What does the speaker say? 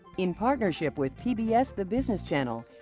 in partnership with pbs the business channel,